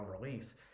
release